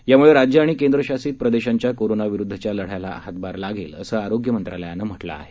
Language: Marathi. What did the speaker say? यामुळे राज्य आणि केंद्रशासित प्रदेशांच्या कोरोना विरुद्धच्या लढ्याला हातभार लागेल असं आरोग्य मंत्रालयानं म्हटलं आहे